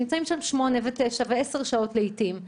הם נמצאים שם שמונה, תשע ועשר שעות לעיתים.